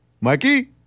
Mikey